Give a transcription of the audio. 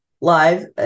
live